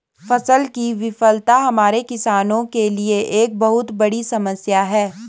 फसल की विफलता हमारे किसानों के लिए एक बहुत बड़ी समस्या है